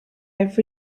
have